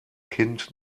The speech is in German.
kind